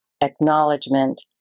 acknowledgement